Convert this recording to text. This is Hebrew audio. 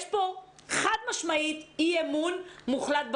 יש פה חד-משמעית אי-אמון מוחלט במערכת.